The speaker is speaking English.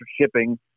shipping